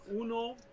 Uno